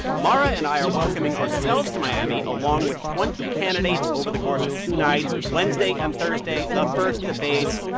mara and i are welcoming ourselves to miami along with twenty candidates over the course of two nights wednesday and thursday the first debates.